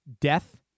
death